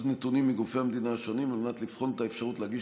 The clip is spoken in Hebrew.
נתונים מגופי המדינה השונים על מנת לבחון את האפשרות להגיש